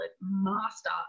master